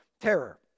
terror